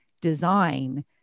design